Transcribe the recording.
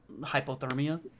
hypothermia